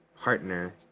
partner